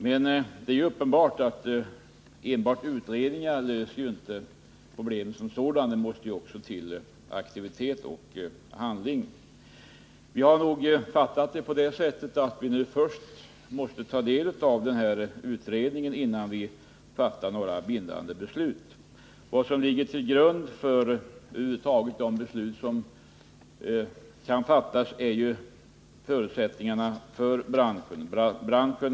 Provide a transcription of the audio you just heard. Men det är uppenbart att enbart utredningar inte löser problemen. Aktivitet och handling måste till. Utskottsmajoriteten har förstått det så att vi först måste ta del av nämnda utredning från industriverket innan vi fattar några bindande beslut. Till grund för de beslut som kan fattas ligger förutsättningarna för branschen.